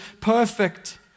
perfect